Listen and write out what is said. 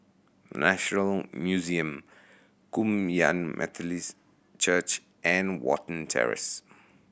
National Museum Kum Yan Methodist Church and Watten Terrace